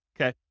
okay